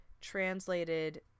translated